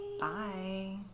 Bye